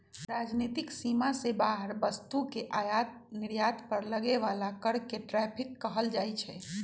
राजनीतिक सीमा से बाहर वस्तु के आयात निर्यात पर लगे बला कर के टैरिफ कहल जाइ छइ